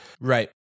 Right